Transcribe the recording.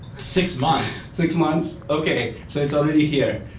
six months. six months? okay. so it's already here.